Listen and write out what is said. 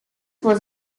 was